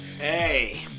hey